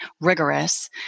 rigorous